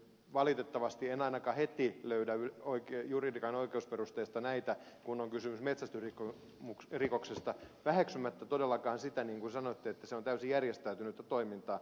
valitettavasti en ainakaan heti löydä juridiikan oikeusperusteista näitä kun on kysymys metsästysrikoksesta väheksymättä todellakaan sitä niin kuin sanoitte että se on täysin järjestäytynyttä toimintaa